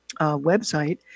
website